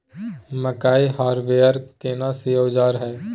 मकई हारवेस्टर केना सी औजार हय?